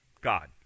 God